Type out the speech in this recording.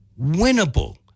winnable